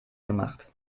gemacht